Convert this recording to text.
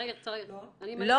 אני אתן לך תשובה.